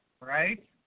right